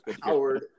Howard